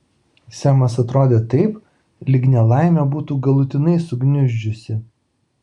semas atrodė taip lyg nelaimė būtų galutinai sugniuždžiusi